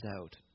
out